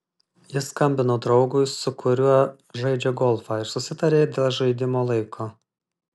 jis skambino draugui su kuriuo žaidžia golfą ir susitarė dėl žaidimo laiko